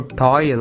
toy